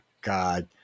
god